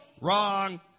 Wrong